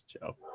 Joe